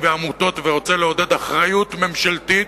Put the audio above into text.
ועמותות ורוצה לעודד אחריות ממשלתית,